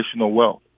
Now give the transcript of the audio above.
wealth